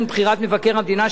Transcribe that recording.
נבחר גם נשיא המדינה.